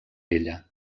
ella